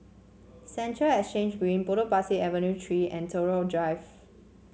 Central Exchange Green Potong Pasir Avenue Three and Tagore Drive